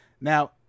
Now